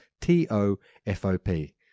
T-O-F-O-P